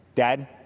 Dad